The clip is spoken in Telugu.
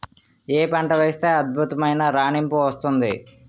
ఏ పంట వేస్తే అద్భుతమైన రాణింపు వస్తుంది?